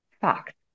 fact